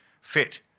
fit